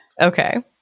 Okay